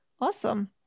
awesome